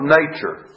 nature